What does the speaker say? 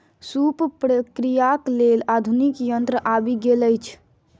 सूप प्रक्रियाक लेल आधुनिक यंत्र आबि गेल अछि